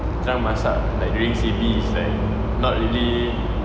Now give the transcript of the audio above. korang masak like during C_B is like not really